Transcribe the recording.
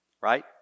right